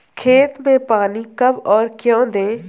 खेत में पानी कब और क्यों दें?